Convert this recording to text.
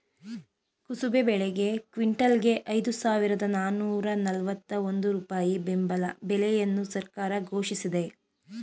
ಕುಸುಬೆ ಬೆಳೆಗೆ ಕ್ವಿಂಟಲ್ಗೆ ಐದು ಸಾವಿರದ ನಾನೂರ ನಲ್ವತ್ತ ಒಂದು ರೂಪಾಯಿ ಬೆಂಬಲ ಬೆಲೆಯನ್ನು ಸರ್ಕಾರ ಘೋಷಿಸಿದೆ